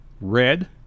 red